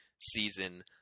season